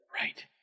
Right